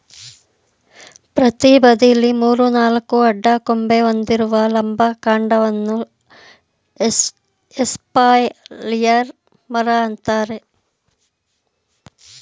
ಪ್ರತಿ ಬದಿಲಿ ಮೂರು ನಾಲ್ಕು ಅಡ್ಡ ಕೊಂಬೆ ಹೊಂದಿರುವ ಲಂಬ ಕಾಂಡವನ್ನ ಎಸ್ಪಾಲಿಯರ್ ಮರ ಅಂತಾರೆ